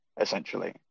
essentially